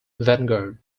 vanguard